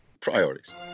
Priorities